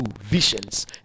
visions